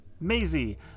Maisie